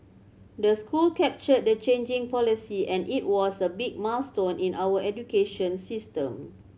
the school captured the changing policy and it was a big milestone in our education system